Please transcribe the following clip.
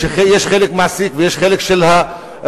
שעובדים, ויש חלק של המעסיק וחלק של העובד,